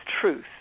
truth